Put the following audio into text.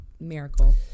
miracle